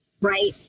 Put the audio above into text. right